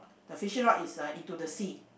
the fishing rod is a into the sea